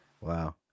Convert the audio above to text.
Wow